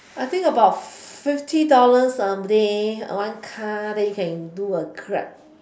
I think about fifty dollars a day one car then you can do a grab